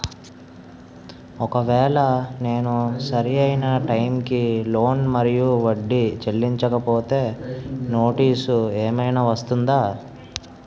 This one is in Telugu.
ఒకవేళ నేను సరి అయినా టైం కి లోన్ మరియు వడ్డీ చెల్లించకపోతే నోటీసు ఏమైనా వస్తుందా?